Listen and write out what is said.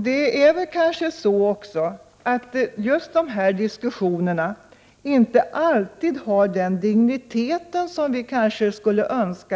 Dessa diskussioner har inte alltid den dignitet som vi,